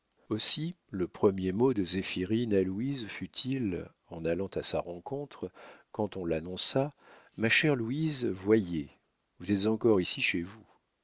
aussi le premier mot de zéphirine à louise fut-il en allant à sa rencontre quand on l'annonça ma chère louise voyez vous êtes encore ici chez vous